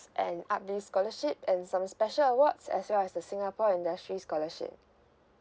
and A_D_B scholarship and some special awards as well as the singapore industry scholarship